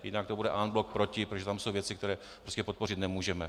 Jinak to bude en bloc proti, protože tam jsou věci, které podpořit nemůžeme.